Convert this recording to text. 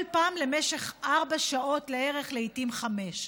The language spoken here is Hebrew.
כל פעם למשך ארבע שעות לערך, לעיתים חמש.